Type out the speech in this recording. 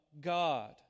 God